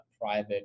private